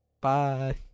Bye